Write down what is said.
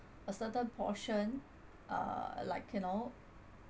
a certain portion uh like you know